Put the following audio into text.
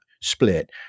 split